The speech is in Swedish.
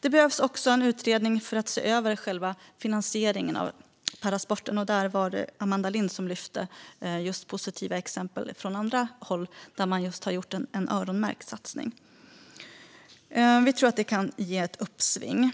Det behövs också en utredning för att se över själva finansieringen av parasporten. Där lyfte Amanda Lind fram positiva exempel från andra håll där man har gjort en öronmärkt satsning. Vi tror att detta kan ge ett uppsving.